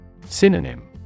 Synonym